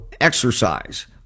exercise